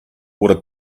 what